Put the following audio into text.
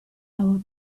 our